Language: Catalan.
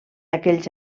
aquells